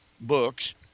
books